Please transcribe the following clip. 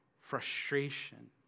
Frustration